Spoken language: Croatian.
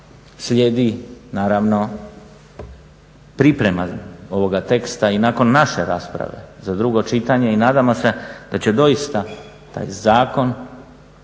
Slijedi naravno priprema ovoga teksta i nakon naše rasprave za drugo čitanje i nadamo se da će doista taj zakon